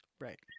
Right